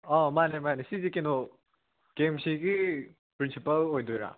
ꯑꯣ ꯃꯥꯅꯦ ꯃꯥꯅꯦ ꯁꯤꯁꯦ ꯀꯩꯅꯣ ꯀꯦ ꯑꯦꯝ ꯁꯤꯒꯤ ꯄ꯭ꯔꯤꯟꯁꯤꯄꯥꯜ ꯑꯣꯏꯗꯣꯏꯔꯥ